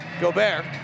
Gobert